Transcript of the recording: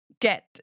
get